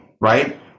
Right